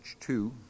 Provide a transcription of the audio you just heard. two